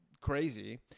crazy